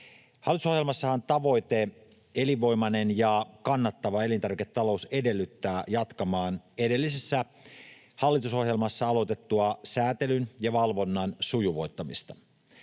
Hallitusohjelmassahan tavoite ”Elinvoimainen ja kannattava elintarviketalous” edellyttää jatkamaan edellisessä hallitusohjelmassa aloitettua säätelyn ja valvonnan sujuvoittamista.